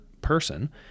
person